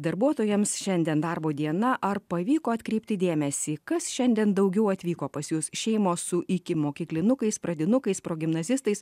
darbuotojams šiandien darbo diena ar pavyko atkreipti dėmesį kas šiandien daugiau atvyko pas jus šeimos su ikimokyklinukais pradinukais pro gimnazistais